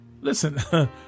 Listen